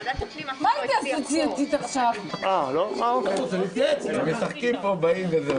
(הישיבה נפסקה בשעה 17:47 ונתחדשה בשעה 19:30.